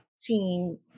team